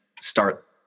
start